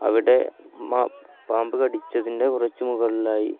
അവിടെ പാമ്പ് കടിച്ചതിന്റെ കുറച്ചു മുകളിലായി